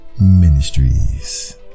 Ministries